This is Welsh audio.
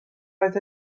oedd